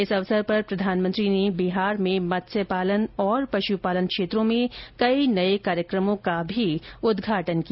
इस अवसर पर प्रधानमंत्री ने बिहार में मत्स्य पालन और पशु पालन क्षेत्रों में कई नए कार्यक्रमों का भी उदघाटन किया